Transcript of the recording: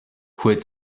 quit